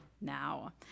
now